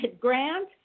Grant